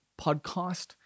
podcast